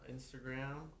Instagram